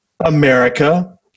America